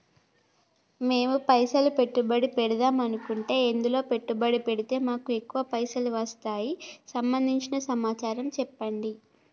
మేము పైసలు పెట్టుబడి పెడదాం అనుకుంటే ఎందులో పెట్టుబడి పెడితే మాకు ఎక్కువ పైసలు వస్తాయి సంబంధించిన సమాచారం చెప్పండి?